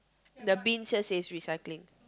the bins here says recycling